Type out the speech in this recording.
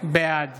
בעד